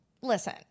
listen